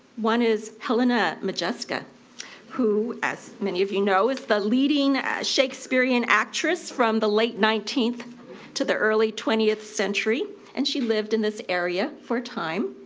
one is helena modjeska who, as many of you know, is the leading shakespearean actress from the late nineteenth to the early twentieth century and she lived in this area for a time.